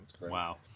Wow